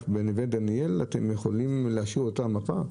בנווה דניאל, אתם יכולים להשאיר את אותה מפה?